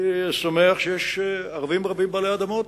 אני שמח שיש ערבים רבים בעלי אדמות,